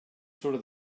surt